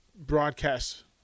broadcast